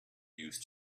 used